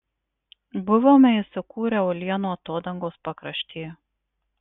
buvome įsikūrę uolienų atodangos pakrašty